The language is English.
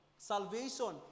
salvation